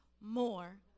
more